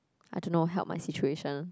I don't know help my situation